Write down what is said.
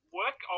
work